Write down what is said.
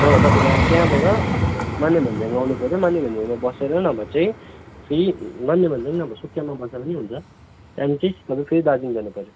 नभए तपाईँले त्यहाँबाट मानेभन्ज्याङ आउनु पऱ्यो मानेभन्ज्याङमा बसेर नभा चैँ मानेभन्ज्याङ नभए सुकियामा बस्दा पनि हुन्छ त्यहाँदेखि चाहिँ तपाईँ फेरि दार्जिलिङ जानु पऱ्यो